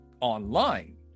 online